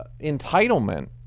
entitlement